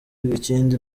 ikindi